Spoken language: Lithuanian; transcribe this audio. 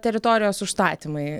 teritorijos užstatymai